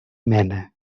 mena